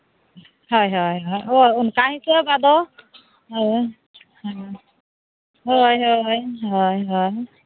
ᱦᱳᱭ ᱦᱳᱭ ᱚᱱᱠᱟᱜᱮ ᱟᱫᱚ ᱦᱳᱭ ᱦᱮᱸ ᱦᱳᱭ ᱦᱳᱭ ᱦᱳᱭ